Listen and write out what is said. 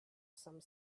some